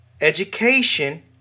education